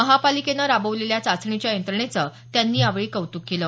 महापालिकेनं राबवलेल्या चाचणीच्या यंत्रणेचं त्यांनी यावेळी कौतुक केलं